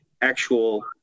actual